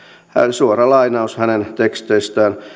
suora lainaus hänen teksteistään